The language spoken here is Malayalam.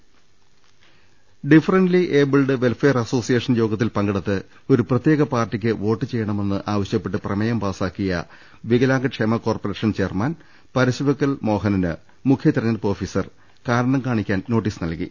ദർവ്വെട്ടറ ഡിഫറന്റ്ലി ഏബിൾഡ് വെൽഫെയർ അസോസിയേഷൻ യോഗത്തിൽ പങ്കെടുത്ത് ഒരു പ്രത്യേക പാർട്ടിക്ക് വോട്ട് ചെയ്യണമെന്ന് ആവശൃപ്പെട്ട് പ്രമേയം പാസ്സാക്കിയ വികലാംഗ ക്ഷേമ കോർപ്പറേഷൻ ചെയർമാൻ പര ശുവെക്കൽ മോഹനന് മുഖ്യ തെരഞ്ഞെടുപ്പ് ഓഫീസർ കാരണംകാണിക്കാൻ നോട്ടീസ് നൽകി